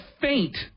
faint